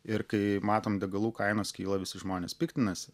ir kai matom degalų kainos kyla visi žmonės piktinasi